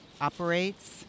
operates